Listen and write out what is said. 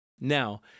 Now